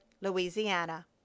Louisiana